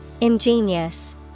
Ingenious